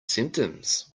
symptoms